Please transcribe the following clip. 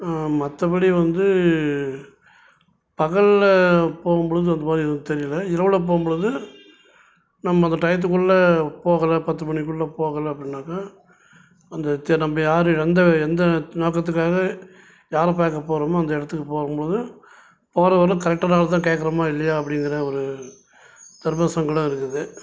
மற்றப்படி வந்து பகலில் போகும்பொழுது அந்தமாதிரி எதுவும் தெரியலை இரவில் போகும்பொழுது நம்ம அந்த டயத்துக்குள்ளே போகலை பத்து மணிக்குள்ளே போகலை அப்படின்னாக்க அந்த தெ நம்ம யார் எந்த எந்த நோக்கத்துக்காக யாரை பார்க்க போகிறோமோ அந்த இடத்துக்கு போகும்போதும் போகிறவர்ளும் கரெக்டான ஆளைதான் கேட்குறோமா இல்லையா அப்படிங்கற ஒரு தர்மசங்கடம் இருக்குது